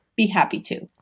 be happy to.